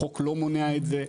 החוק לא מונע את זה.